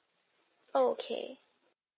okay